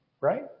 Right